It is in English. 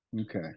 Okay